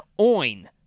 oin